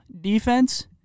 defense